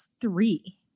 three